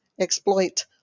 exploit